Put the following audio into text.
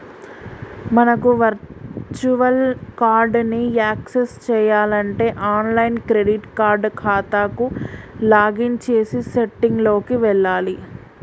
మనకు virtual card ని access చేయాలంటే ఆన్లైన్ క్రెడిట్ కార్డ్ ఖాతాకు లాగిన్ చేసి సెట్టింగ్ లోకి వెళ్లాలి